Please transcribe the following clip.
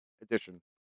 edition